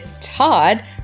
Todd